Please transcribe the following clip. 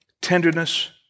tenderness